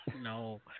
No